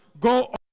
go